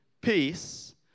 peace